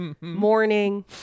morning